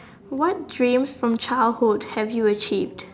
what dreams from childhood have you achieved